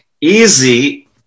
easy